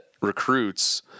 recruits